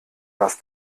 was